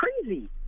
crazy